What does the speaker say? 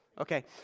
okay